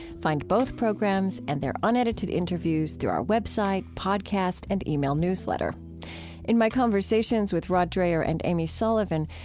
find both programs and their unedited interviews through our web site, podcast, and ah e-mail newsletter in my conversations with rod dreher and amy sullivan,